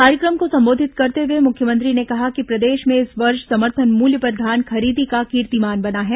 कार्यक्रम को संबोधित करते हुए मुख्यमंत्री ने कहा कि प्रदेश में इस वर्ष समर्थन मूल्य पर धान खरीदी का कीर्तिमान बना है